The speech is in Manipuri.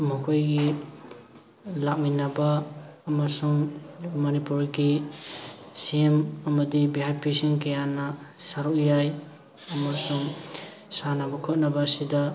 ꯃꯈꯣꯏꯒꯤ ꯂꯥꯛꯃꯤꯟꯅꯕ ꯑꯃꯁꯨꯡ ꯃꯅꯤꯄꯨꯔꯒꯤ ꯁꯤ ꯑꯦꯝ ꯑꯃꯗꯤ ꯚꯤ ꯑꯥꯏ ꯄꯤꯁꯤꯡ ꯀꯌꯥꯅ ꯁꯔꯨꯛ ꯌꯥꯏ ꯑꯃꯁꯨꯡ ꯁꯥꯟꯅꯕ ꯈꯣꯠꯅꯕ ꯑꯁꯤꯗ